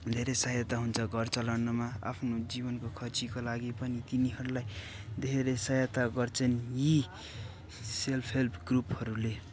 धेरै सहायता हुन्छ घर चलाउनमा आफ्नो जिवनको खर्चीको लागि पनि तिनिहरूलाई धेरै साहयता गर्छन् यी सेल्फ हेल्प ग्रुपहरूले